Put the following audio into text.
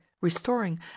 restoring